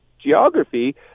geography